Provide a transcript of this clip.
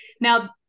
now